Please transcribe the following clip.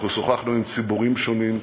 אנחנו שוחחנו עם ציבורים שונים,